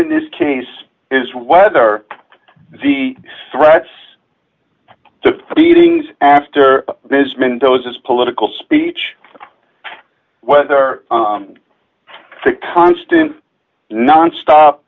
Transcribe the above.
in this case is whether the threats to beatings after ms mendoza's political speech whether the constant nonstop